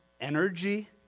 energy